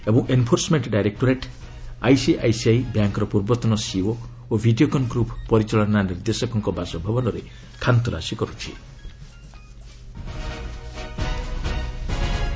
ଏବଂ enforcement directorate ICICI ବ୍ୟାଙ୍କ୍ର ପୂର୍ବତନ ସିଇଓ ଓ ଭିଡ଼ିଓକନ୍ ଗ୍ରୁପ୍ ପରିଚାଳନା ନିର୍ଦ୍ଦେଶକଙ୍କ ବାସଭବନରେ ଖାନତଲାସୀ କର୍ତ୍ଥି